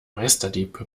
meisterdieb